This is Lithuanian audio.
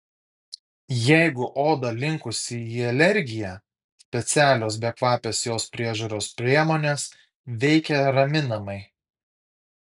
jeigu oda linkusi į alergiją specialios bekvapės jos priežiūros priemonės veikia raminamai